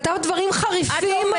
כתבת דברים חריפים מאוד.